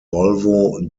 volvo